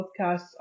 Podcasts